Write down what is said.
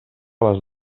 les